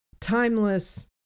timeless